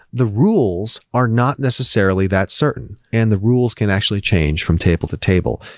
the rules are not necessarily that certain, and the rules can actually change from table to table.